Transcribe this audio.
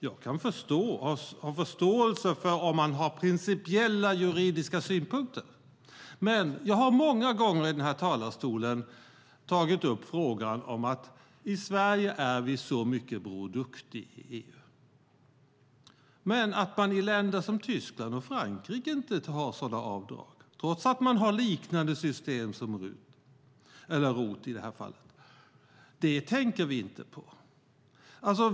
Jag har förståelse för att man kan ha principiella juridiska synpunkter. Jag har dock många gånger i denna talarstol tagit upp frågan om att vi i Sverige är så mycket Bror Duktig i EU. I länder som Tyskland och Frankrike har man inte sådana avdrag, trots att man har liknande system som ROT. Det tänker vi inte på.